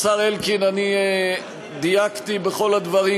השר אלקין, אני דייקתי בכל הדברים